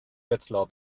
wetzlar